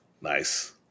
Nice